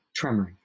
tremoring